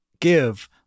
give